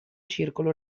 circolo